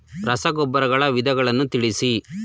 ರಸಗೊಬ್ಬರಗಳ ವಿಧಗಳನ್ನು ತಿಳಿಸಿ?